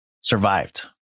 survived